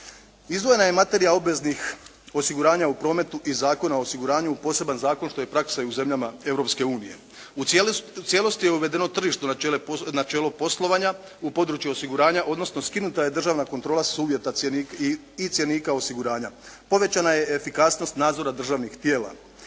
Izdvojena je materija obveznih osiguranja u prometu i Zakona o osiguranju u poseban zakon što je praksa i u zemljama Europske unije. U cijelosti je uvedeno tržišno načelo poslovanja u području osiguranja odnosno skinuta je državna kontrola s uvjeta i cjenika osiguranja. Povećana je efikasnost nadzora državnih tijela,